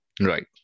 Right